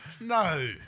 No